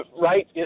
right